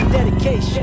Dedication